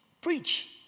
preach